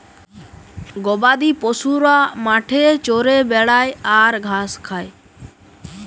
গবাদি পশুরা মাঠে চরে বেড়ায় আর ঘাঁস খায়